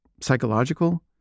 psychological